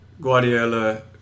Guardiola